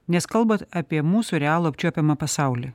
nes kalbat apie mūsų realų apčiuopiamą pasaulį